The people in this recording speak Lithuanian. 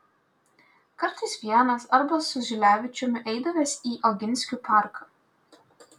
kartais vienas arba su žilevičiumi eidavęs į oginskių parką